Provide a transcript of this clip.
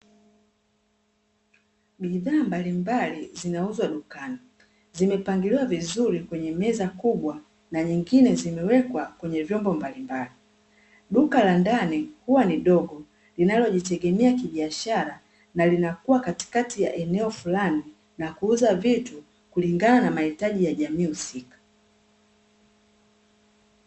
Bidhaa mbalimbali zinauzwa dukani zimepangiliwa vizuri kwenye meza kubwa na nyingine zimewekwa kwenye vyombo mbalimbali. Duka la ndani huwa ni dogo linalojitegemea kibiashara na linakuwa katikati ya eneo fulani na kuuza vitu kulingana na mahitaji ya jamii husika.